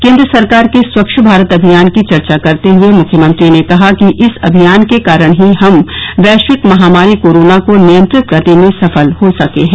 केन्द्र सरकार के स्वच्छ भारत अभियान की चर्चा करते हुये मुख्यमंत्री ने कहा कि इस अभियान के कारण ही हम वैश्विक महामारी कोरोना को नियंत्रित करने में सफल हो सके हैं